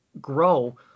grow